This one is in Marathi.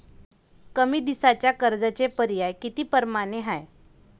कमी दिसाच्या कर्जाचे पर्याय किती परमाने हाय?